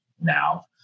now